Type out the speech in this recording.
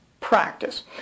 practice